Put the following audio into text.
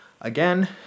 Again